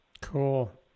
Cool